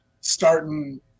starting